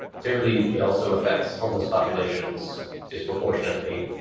clearly, it also affects homeless populations disproportionately.